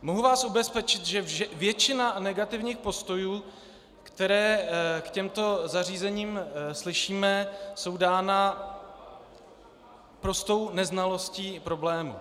Mohu vás ubezpečit, že většina negativních postojů, které k těmto zařízením slyšíme, je dána prostou neznalostí problému.